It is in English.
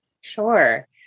Sure